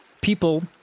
People